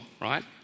right